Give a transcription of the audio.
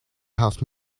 house